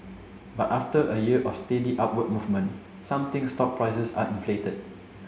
but after a year of steady upward movement some think stocks prices are inflated